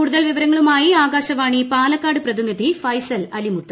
കൂടുതൽ വിവരങ്ങളുമായി ആകാശവാണി പാലക്കാട് പ്രതിനിധി ഫൈസൽ അലിമുത്ത്